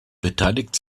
beteiligt